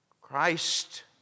Christ